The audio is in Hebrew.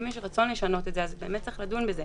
אם יש רצון לשנות את זה, אז צריך לדון בזה.